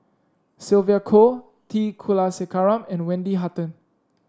Sylvia Kho T Kulasekaram and Wendy Hutton